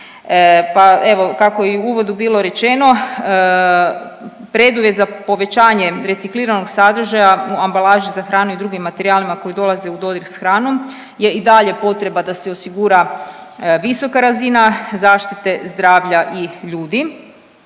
pa evo kako je i uvodu bilo rečeno preduvjet za povećanjem recikliranog sadržaja u ambalaži za hranu i drugim materijalima koji dolaze u dodir s hranom je i dalje potreba da se osigura visoka razina zaštite zdravlja i ljudi,